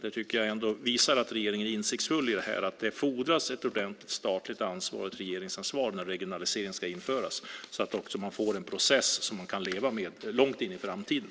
Det tycker jag visar att regeringen är insiktsfull i det här. Det fordras ett ordentligt statligt ansvar och ett regeringsansvar när regionalisering ska införas så att man får en process som man kan leva med långt in i framtiden.